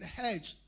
hedge